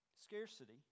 Scarcity